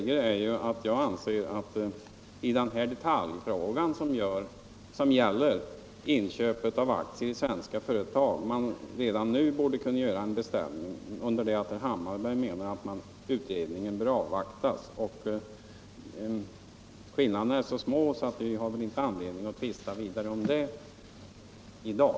Jag anser att när det gäller inköp av aktier i svenska företag borde man redan nu kunna göra en beställning av lagregler, medan herr Hammarberg menar att utredningen bör avvaktas. Skillnaderna är så små att vi väl inte har anledning att tvista vidare om dem i dag.